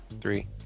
three